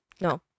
no